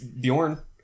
Bjorn